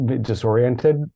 disoriented